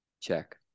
check